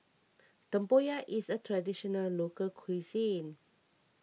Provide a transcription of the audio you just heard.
Tempoyak is a Traditional Local Cuisine